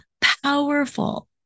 powerful